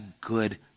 good